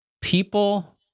People